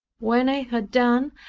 when i had done,